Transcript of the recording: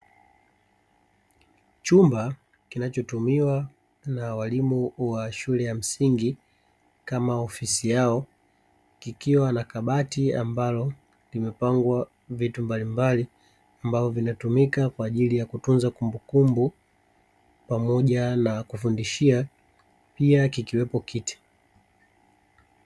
Chumba kinachotumiwa na walimu wa shule ya msingi kama ofisi yao kikiwa na kabati ambalo limepangwa vitu mbalimbali ambavyo vinatumika kwaajili ya kutunza kumbukumbu pamoja na kufundishia pia kikiwepo kiti.